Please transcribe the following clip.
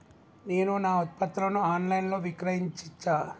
నేను నా ఉత్పత్తులను ఆన్ లైన్ లో విక్రయించచ్చా?